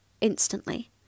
instantly